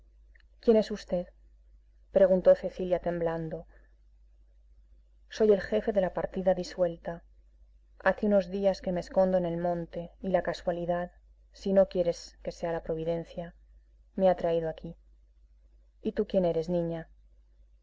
quién es v preguntó cecilia temblando soy el jefe de la partida disuelta hace unos días que me escondo en el monte y la casualidad si no quieres que sea la providencia me ha traído aquí y tú quién eres niña